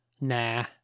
Nah